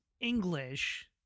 English